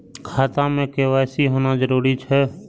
खाता में के.वाई.सी होना जरूरी छै?